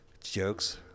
Jokes